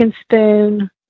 spoon